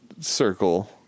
circle